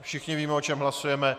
Všichni víme, o čem hlasujeme.